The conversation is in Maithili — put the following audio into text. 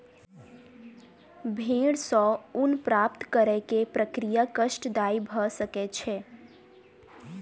भेड़ सॅ ऊन प्राप्त करै के प्रक्रिया कष्टदायी भ सकै छै